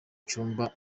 cyumba